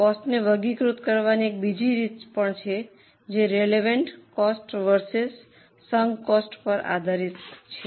કોસ્ટને વર્ગીકૃત કરવાની એક બીજી રીત પણ છે તે relevant cost versus sunk cost પર આધારિત છે